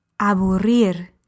Aburrir